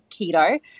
keto